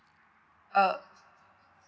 uh